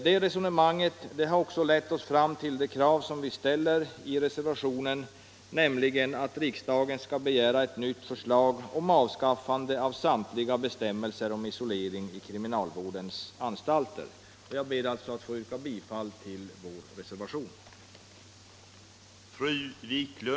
Det resonemanget har också lett oss fram till det krav som ställs i reservationen, nämligen att riksdagen skall begära ett nytt förslag om avskaffande av samtliga bestämmelser om isolering i kriminalvårdens anstalter. Jag ber att få yrka bifall till reservationen.